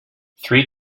three